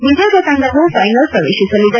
ವಿಜೇತ ತಂಡವು ಫೈನಲ್ ಪ್ರವೇತಿಸಲಿದೆ